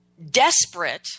desperate